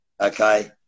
okay